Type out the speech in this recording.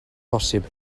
posib